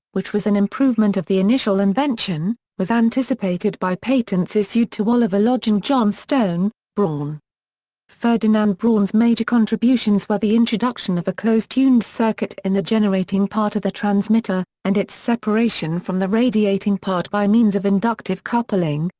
which was an improvement of the initial invention, was anticipated by patents issued to oliver lodge and john stone. braun ferdinand braun's major contributions were the introduction of a closed tuned circuit in the generating part of the transmitter, and its separation from the radiating part by means of inductive coupling,